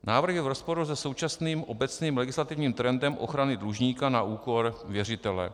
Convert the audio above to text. Návrh je v rozporu se současným obecným legislativním trendem ochrany dlužníka na úkor věřitele.